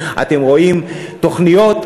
אתם רואים תוכניות,